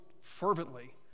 fervently